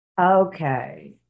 Okay